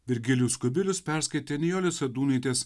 virgilijus kubilius perskaitė nijolės sadūnaitės